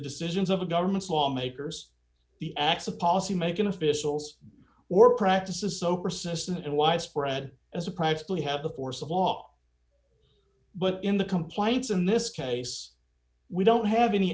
decisions of the governments lawmakers the acts of policymaking officials or practices so persistent and widespread as a privately have the force of law but in the compliance in this case we don't have any